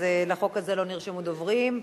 לחוק הזה לא נרשמו דוברים,